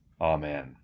Amen